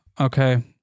Okay